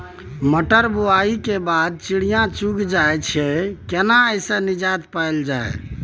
मटर बुआई के बाद चिड़िया चुइग जाय छियै केना ऐसे निजात पायल जाय?